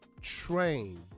train